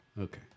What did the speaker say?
Okay